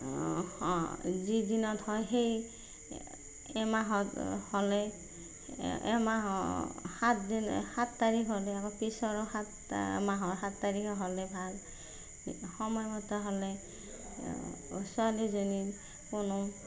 যি দিনত হয় সেই এই মাহত হ'লে এই মাহৰ সাতদিন সাত তাৰিখ হ'লে আকৌ পিছৰো সাতটা মাহৰ সাত তাৰিখ হ'লে ভাল সময়মত হ'লে ছোৱালীজনীৰ কোনো